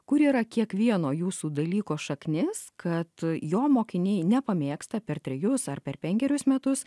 kur yra kiekvieno jūsų dalyko šaknis kad jo mokiniai ne pamėgsta per trejus ar per penkerius metus